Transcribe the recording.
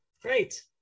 Great